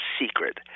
secret